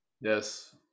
Yes